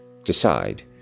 Decide